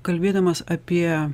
kalbėdamas apie